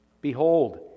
Behold